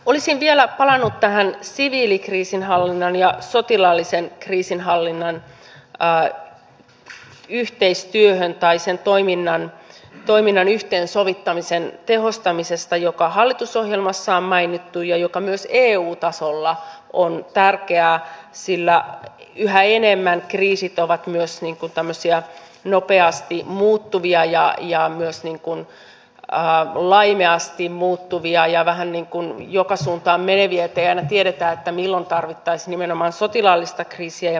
olisin vielä palannut tähän siviilikriisinhallinnan ja sotilaallisen kriisinhallinnan yhteistyöhön tai sen toiminnan yhteensovittamisen tehostamisesta joka hallitusohjelmassa on mainittu ja joka myös eu tasolla on tärkeä sillä yhä enemmän kriisit ovat nopeasti muuttuvia ja myös laimeasti muuttuvia ja vähän joka suuntaan meneviä niin ettei aina tiedetä milloin tarvittaisiin nimenomaan sotilaallista kriisinhallintaa ja milloin siviilikriisinhallintaa